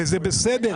וזה בסדר.